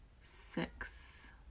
six